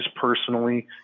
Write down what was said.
personally